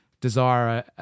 desire